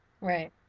Right